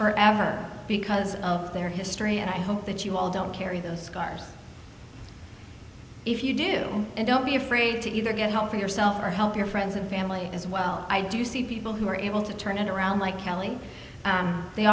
forever because of their history and i hope that you all don't carry those scars if you do and don't be afraid to either get help for yourself or help your friends and family as well i do see people who are able to turn it around like kelly they